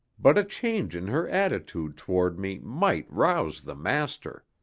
but a change in her attitude toward me might rouse the master.